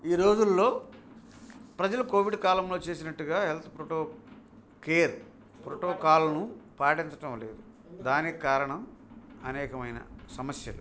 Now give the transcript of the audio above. ఈ రోజులలో ప్రజలు కోవిడ్ కాలంలో చేసినట్టుగా హెల్త్ ప్రోటోకేర్ ప్రోటోకాల్ను పాటించటం లేదు దానికి కారణం అనేకమైన సమస్యలు